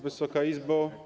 Wysoka Izbo!